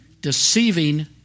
deceiving